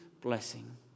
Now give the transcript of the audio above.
blessing